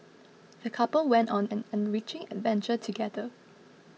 the couple went on an enriching adventure together